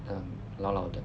um 老老的